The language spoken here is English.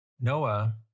Noah